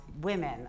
women